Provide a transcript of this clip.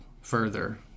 further